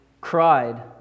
cried